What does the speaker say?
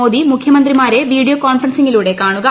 മോദി മുഖ്യമന്ത്രിമാരെ വീഡിയോ കോൺഫ്ഹൻസിലൂടെ കാണുക